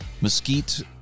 Mesquite